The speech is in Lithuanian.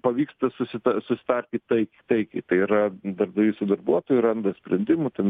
pavyksta susita susitarti taikiai taikiai tai yra darbdavys su darbuotoju randa sprendimų ten